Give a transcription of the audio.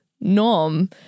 norm